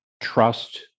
trust